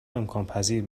امکانپذیر